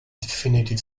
definitive